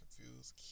confused